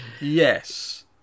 Yes